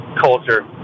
culture